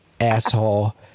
asshole